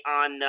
on